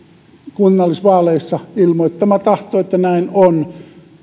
kunnallisvaaleissa ilmoittama tahto että näin on